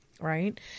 right